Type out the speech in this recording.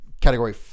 category